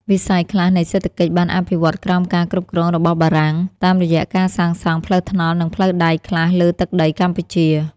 វិស័យខ្លះនៃសេដ្ឋកិច្ចបានអភិវឌ្ឍក្រោមការគ្រប់គ្រងរបស់បារាំង តាមរយះការសាងសង់ ផ្លូវថ្នល់និងផ្លូវដែកខ្លះលើទឹកដីកម្ពុជា។